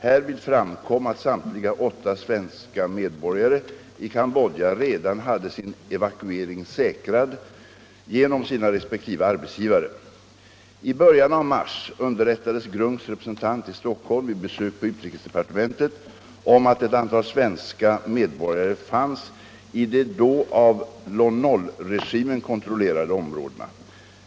Härvid framkom att samtliga åtta svenska medborgare i Cambodja redan hade sin evakuering säkrad genom sina respektive arbetsgivare. I början av mars underrättades GRUNK:s representant i Stockholm vid besök på utrikesdepartementet om att ett antal svenska medborgare fanns i de då av Lon Nol-regimen kontrollerade områdena.